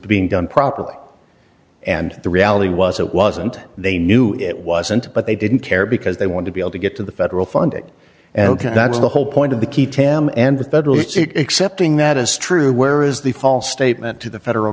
being done properly and the reality was it wasn't they knew it wasn't but they didn't care because they want to be able to get to the federal funding and that's the whole point of the key tam and the federal except in that is true where is the false statement to the federal